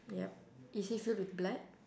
yup is he filled with blood